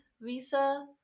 visa